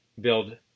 build